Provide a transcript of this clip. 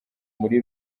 muri